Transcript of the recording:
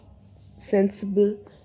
sensible